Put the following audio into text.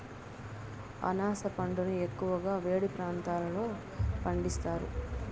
అనాస పండును ఎక్కువగా వేడి ప్రాంతాలలో పండిస్తారు